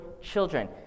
children